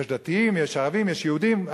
יש דתיים, יש ערבים, יש יהודים.